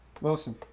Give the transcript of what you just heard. Wilson